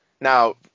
now